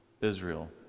Israel